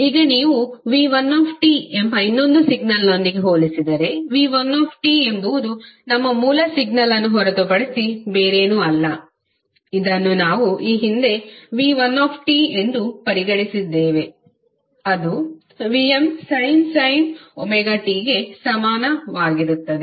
ಈಗ ನೀವು v1t ಎಂಬ ಇನ್ನೊಂದು ಸಿಗ್ನಲ್ನೊಂದಿಗೆ ಹೋಲಿಸಿದರೆv1tಎಂಬುದು ನಮ್ಮ ಮೂಲ ಸಿಗ್ನಲ್ ಅನ್ನು ಹೊರತುಪಡಿಸಿ ಬೇರೇನೂ ಅಲ್ಲ ಇದನ್ನು ನಾವು ಈ ಹಿಂದೆ v1t ಎಂದು ಪರಿಗಣಿಸಿದ್ದೇವೆ ಅದು Vmsin ωt ಗೆ ಸಮಾನವಾಗಿರುತ್ತದೆ